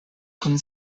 kun